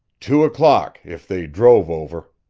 two o'clock if they drove over.